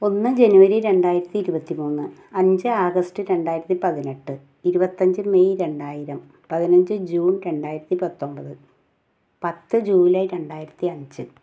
ഒന്ന് ജനുവരി രണ്ടായിരത്തി ഇരുപത്തി മൂന്ന് അഞ്ച് ആഗസ്റ്റ് രണ്ടായിരത്തിപ്പതിനെട്ട് ഇരുപത്തഞ്ച് മെയ് രണ്ടായിരം പതിനഞ്ച് ജൂൺ രണ്ടായിരത്തി പത്തൊമ്പത് പത്ത് ജൂലൈ രണ്ടായിരത്തി അഞ്ച്